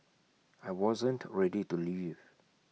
I wasn't ready to leave